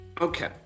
Okay